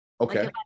Okay